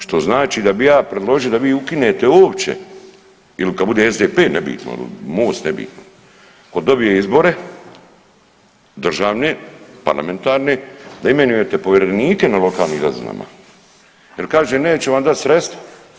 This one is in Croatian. Što znači da bi ja predložio da vi ukinete uopće ili kad bude SDP nebitno, il MOST nebitno, tko dobije izbore državne parlamentarne da imenujete povjerenike na lokalnim razinama, jer kaže neće vam dati sredstva.